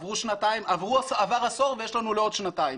עברו שנתיים, עבר עשור ויש לנו לעוד שנתיים.